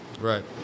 Right